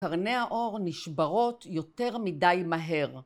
קרני האור נשברות יותר מדי מהר.